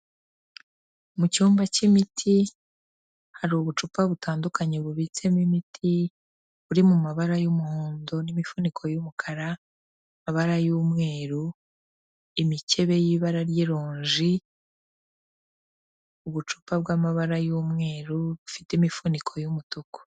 Mu cyumba cy'imiti hari ubucupa butandukanye bubitsemo imiti, buri mu mabara y'umuhondo n'imifuniko y'umukara, amabara y'umweru, imikebe y'ibara ry'ironji, ubucupa bw'amabara y'umweru bufite imifuniko y'umutuku.